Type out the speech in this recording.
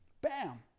Bam